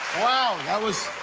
wow, that was